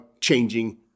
changing